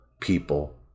people